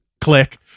click